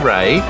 Ray